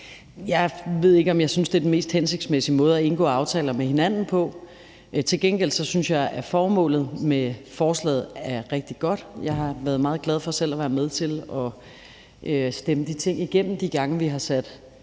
Jeg ved ikke, om jeg synes, det er den mest hensigtsmæssige måde at indgå aftaler med hinanden på. Til gengæld synes jeg, at formålet med forslaget er rigtig godt. Jeg har været meget glad for selv at være med til at stemme de ting igennem de gange, vi har sat